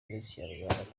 ikinyarwanda